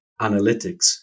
analytics